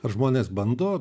ar žmonės bando